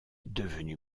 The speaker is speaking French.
devenu